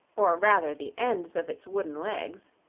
or rather the ends of its wooden legs,